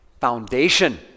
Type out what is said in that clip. Foundation